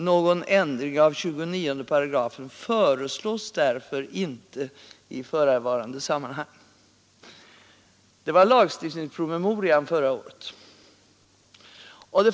Någon ändring av 29§ föreslås därför inte i förevarande sammanhang.” — Det var innehållet i lagstiftningspromemorian förra året.